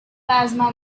plasma